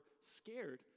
scared